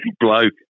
bloke